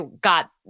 got